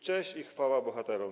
Cześć i chwała bohaterom.